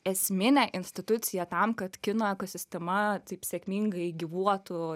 esminė institucija tam kad kino ekosistema taip sėkmingai gyvuotų